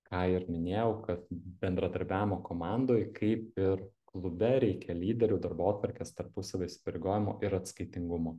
ką ir minėjau kad bendradarbiavimo komandoj kaip ir klube reikia lyderių darbotvarkės tarpusavio įsipareigojimų ir atskaitingumo